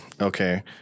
okay